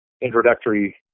introductory